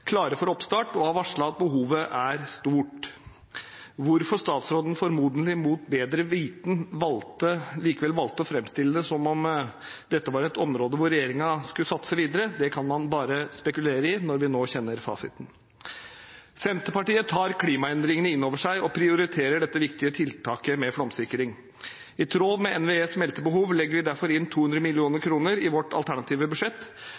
klare for oppstart, og at de har varslet at behovet er stort. Hvorfor statsråden – formodentlig mot bedre vitende – likevel valgte å framstille det som om dette var et område hvor regjeringen skulle satse videre, kan man bare spekulere på når vi nå kjenner fasiten. Senterpartiet tar klimaendringene inn over seg og prioriterer dette viktige tiltaket med flomsikring. I tråd med NVEs meldte behov legger vi derfor inn 200 mill. kr i vårt alternative budsjett,